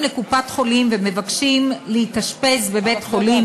לקופת-חולים ומבקשים להתאשפז בבית-חולים,